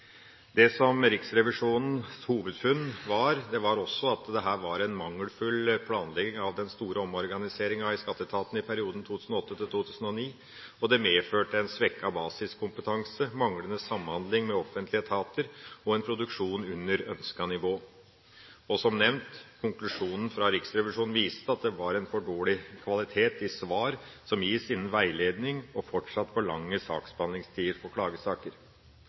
Det som var Riksrevisjonens hovedfunn, var også at det her var en mangelfull planlegging av den store omorganiseringa av skatteetaten i perioden 2008–2009, og det medførte en svekket basiskompetanse, manglende samhandling med offentlige etater og en produksjon under ønsket nivå. Som nevnt var konklusjonen fra Riksrevisjonen at det var for dårlig kvalitet i svar som gis innen veiledning og fortsatt for lange saksbehandlingstider for klagesaker.